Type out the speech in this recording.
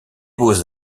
beaux